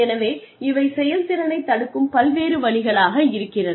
எனவே இவை செயல்திறனை தடுக்கும் பல்வேறு வழிகளாக இருக்கிறது